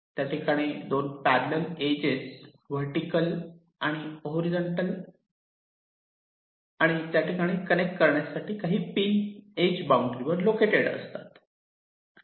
त्या ठिकाणी 2 parallel is vertical आणि हॉरीझॉन्टल आणि त्या ठिकाणी कनेक्ट करण्यासाठीच्या काही पिन इज बाउंड्री वर लोकॅटेड असतात